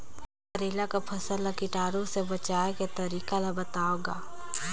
करेला कर फसल ल कीटाणु से बचाय के तरीका ला बताव ग?